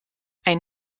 ein